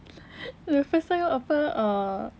the first time apa ah